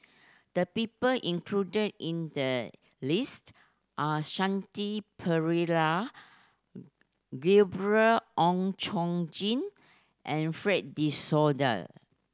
the people included in the list are Shanti Pereira Gabriel Oon Chong Jin and Fred De Souza